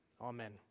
Amen